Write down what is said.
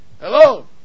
Hello